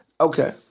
Okay